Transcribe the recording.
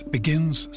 Begins